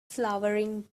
flowering